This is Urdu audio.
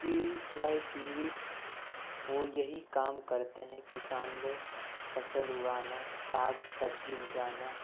پیڑھی بائی پیڑھی وہ یہی کام كرتے ہيں كسان لوگ فصل اُگانا ساگ سبزی اگانا